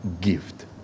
gift